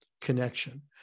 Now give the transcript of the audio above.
connection